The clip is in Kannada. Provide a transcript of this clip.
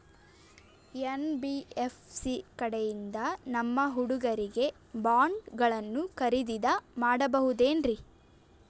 ಎನ್.ಬಿ.ಎಫ್.ಸಿ ಕಡೆಯಿಂದ ನಮ್ಮ ಹುಡುಗರಿಗೆ ಬಾಂಡ್ ಗಳನ್ನು ಖರೀದಿದ ಮಾಡಬಹುದೇನ್ರಿ?